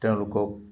তেওঁলোকক